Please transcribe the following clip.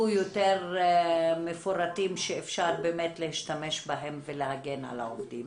יותר מפורטות שאפשר יהיה להשתמש בהם ולהגן על העובדים,